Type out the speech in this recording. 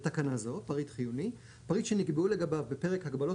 בתקנה זו - "פריט חיוני" - פריט שנקבעו לגביו בפרק "הגבלות